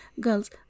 girls